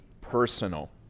personal